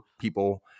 people